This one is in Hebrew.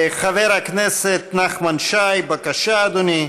חבר הכנסת נחמן שי, בבקשה, אדוני.